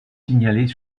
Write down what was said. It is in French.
signalés